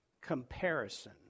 Comparison